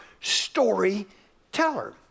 storyteller